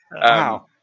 Wow